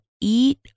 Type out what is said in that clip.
eat